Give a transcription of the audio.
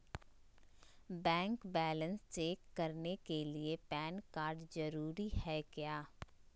Bank balance check करने के लिए पैन कार्ड जरूरी है क्या?